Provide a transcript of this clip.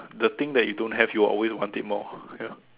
the thing that you don't have you will always want it more ya